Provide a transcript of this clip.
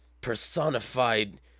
personified